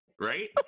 right